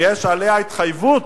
ויש עליה התחייבות